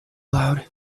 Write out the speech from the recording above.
loud